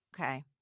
Okay